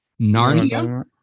Narnia